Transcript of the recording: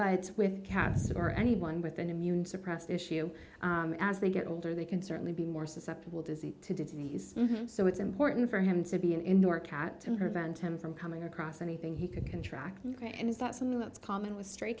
it's with cast or anyone with an immune suppressed issue as they get older they can certainly be more susceptible disease to disease so it's important for him to be an indoor cat to her van ten from coming across anything he could contract and it's not something that's common with stray